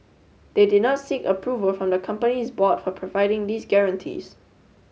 they did not seek approval from the company's board for providing these guarantees